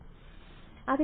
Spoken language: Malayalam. ഉത്ഭവം മാറ്റുക